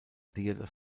theatre